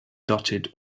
dotted